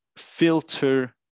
filter